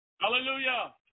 Hallelujah